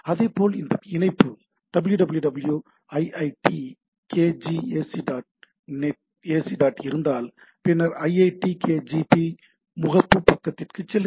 இதேபோல் அந்த இணைப்பு www www IITKgp ac dot இருந்தால் பின்னர் IITKgp முகப்பு பக்கத்திற்குச் செல்லுங்கள்